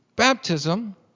Baptism